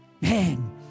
Man